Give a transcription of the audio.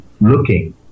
looking